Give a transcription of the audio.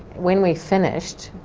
when we finished.